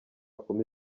kumi